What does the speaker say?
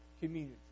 community